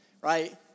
right